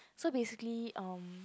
so basically um